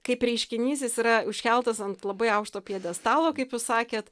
kaip reiškinys jis yra užkeltas ant labai aukšto pjedestalo kaip jūs sakėt